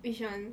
which one